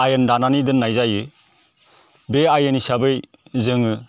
आयेन दानानै दोननाय जायो बे आयेन हिसाबै जोङो